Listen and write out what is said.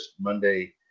Monday